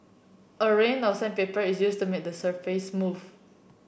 a range of sandpaper is used to make the surface smooth